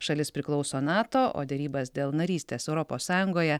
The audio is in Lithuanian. šalis priklauso nato o derybas dėl narystės europos sąjungoje